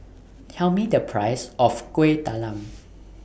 Tell Me The Price of Kuih Talam